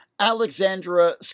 Alexandra